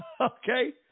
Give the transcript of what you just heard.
okay